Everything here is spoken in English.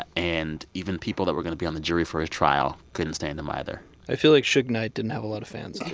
and even people that were going to be on the jury for his trial couldn't stand him either i feel like suge knight didn't have a lot of fans at